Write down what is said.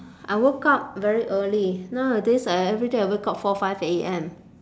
I woke up very early nowadays I everyday I wake up four five A_M